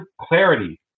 Clarity